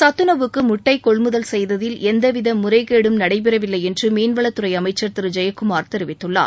சத்துணவுக்கு முட்டை கொள்முதல் செய்ததில் எந்தவித முறைகேடும் நடைபெறவில்லை என்று மீன்வளத்துறை அமைச்சர் திரு ஜெயக்குமார் தெரிவித்துள்ளார்